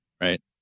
right